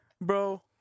bro